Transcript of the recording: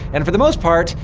and, for the most part,